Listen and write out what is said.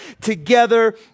together